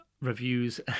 reviews